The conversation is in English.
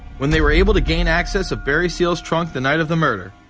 when they were able to gain access of barry seal's trunk the night of the murder,